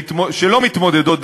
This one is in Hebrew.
שלא מתמודדות,